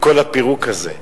מכל הפירוק הזה.